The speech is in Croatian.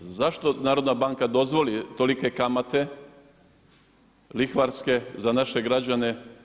Zašto narodna banka dozvoli tolike kamate, lihvarske za naše građane?